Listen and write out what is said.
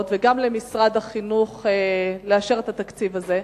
וגם למשרד החינוך לאשר את התקציב הזה,